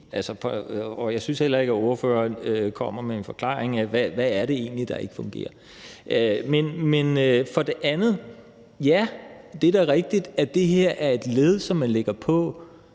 og jeg synes heller ikke, at ordføreren kommer med en forklaring på, hvad det egentlig er, der ikke fungerer. Det er da rigtigt, at det her er et led, som man lægger til,